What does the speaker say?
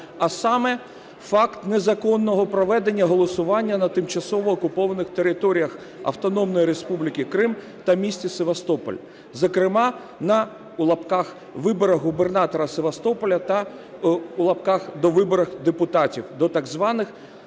А саме: факт незаконного проведення голосування на тимчасово окупованих територіях Автономної Республіки Крим та міста Севастополь, зокрема на "виборах губернатора Севастополя" та "довиборах депутатів" до так званих